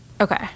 okay